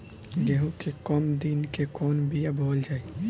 गेहूं के कम दिन के कवन बीआ बोअल जाई?